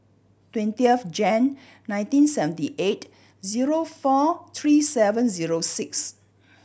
twenty of Jan nineteen seventy eight zero four three seven zero six